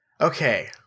okay